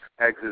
exit